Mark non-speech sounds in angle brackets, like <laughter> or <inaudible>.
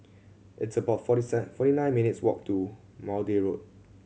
it's about forty <unintelligible> forty nine minutes' walk to Maude Road